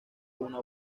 una